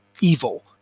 evil